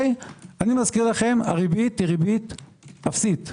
מזכיר הריבית היא אפסית במשק.